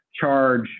charge